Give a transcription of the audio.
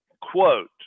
quote